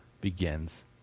begins